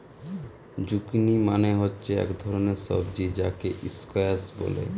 zucchini মানে হচ্ছে এক ধরণের সবজি যাকে স্কোয়াস বলে